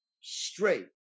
straight